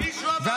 מישהו אמר שלא?